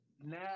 now